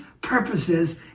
purposes